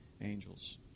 angels